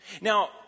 Now